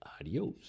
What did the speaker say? Adios